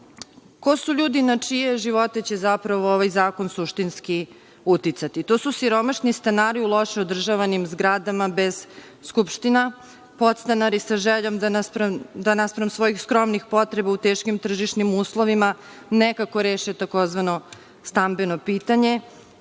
su ljudi na čije živote će zapravo ovaj zakon suštinski uticati? To su siromašni stanari u loše održavanim zgradama, bez skupština, podstanari sa željom da naspram svojih skromnih potreba u teškim tržišnim uslovima nekako reše tzv. stambeno pitanje,